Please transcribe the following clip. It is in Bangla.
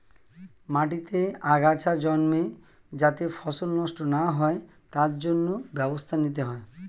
মাটিতে আগাছা জন্মে যাতে ফসল নষ্ট না হয় তার জন্য ব্যবস্থা নিতে হয়